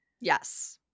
Yes